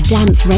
Dance